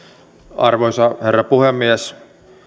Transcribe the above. arvoisa herra puhemies